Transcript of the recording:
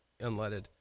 unleaded